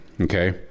Okay